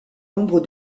nombre